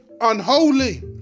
unholy